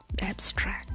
abstract